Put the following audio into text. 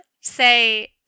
say